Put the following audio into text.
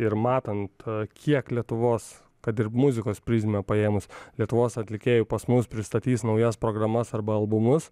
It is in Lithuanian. ir matant kiek lietuvos kad ir muzikos prizme paėmus lietuvos atlikėjų pas mus pristatys naujas programas arba albumus